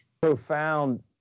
Profound